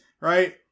Right